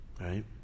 Right